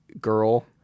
girl